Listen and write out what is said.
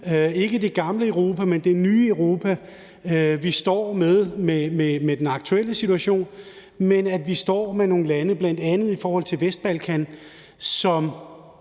ikke det gamle Europa, men det nye Europa, vi står med i den aktuelle situation, og vi står med nogle lande bl.a. på Vestbalkan, og